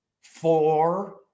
four